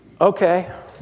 Okay